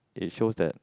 it shows that